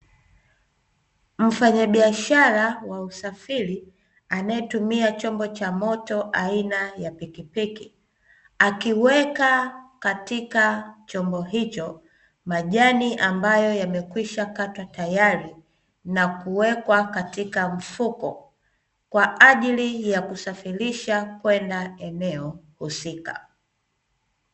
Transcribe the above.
Mfanyabiashara wa usafiri anayetumia chombo cha moto aina ya pikipiki, akiweka katika chombo hicho majani ambayo yamekwisha katwa tayari na kuwekwa katika mfuko, kwa ajili ya kusafirisha kwenda eneo husika.